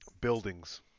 Buildings